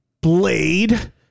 Blade